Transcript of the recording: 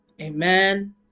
amen